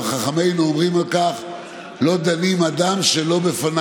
יוליה מלינובסקי קונין, חמד עמאר ואלכס קושניר,